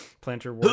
Planter